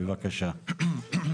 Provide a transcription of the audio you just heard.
בבקשה.